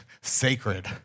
sacred